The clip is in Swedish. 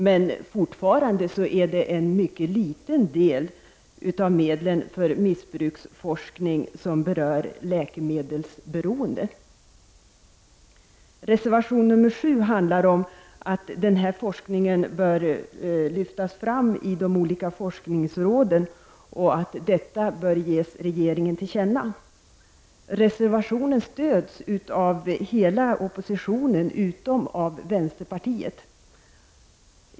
Men fortfarande är det en mycket liten del av medlen för missbruksforskning som berör läkemedelsberoende. Reservation 7 handlar om att den här forskningen bör lyftas fram i de olika forskningsråden och att detta bör ges regeringen till känna. Reservationen stöds av hela oppositionen utom av vänsterpartiet.